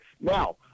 Now